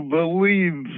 believe